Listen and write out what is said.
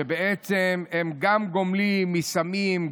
והם גומלים מסמים,